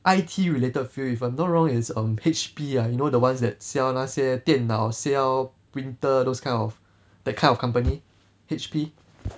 I_T related field if I'm not wrong is err H_P ah you know the ones that sell 那些电脑 sell printer those kind of that kind of company H_P